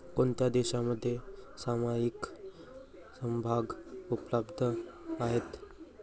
कोणत्या देशांमध्ये सामायिक समभाग उपलब्ध आहेत?